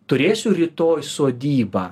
turėsiu rytoj sodybą